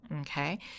okay